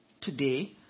today